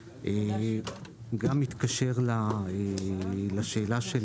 וזה גם מתקשר לשאלה של